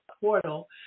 Portal